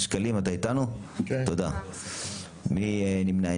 7. מי נמנע?